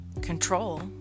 control